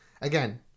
again